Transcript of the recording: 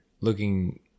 looking